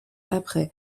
après